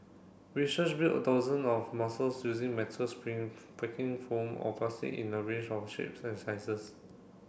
research built a dozen of muscles using metal spring packing foam or plastic in a range of shapes and sizes